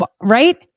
right